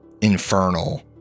infernal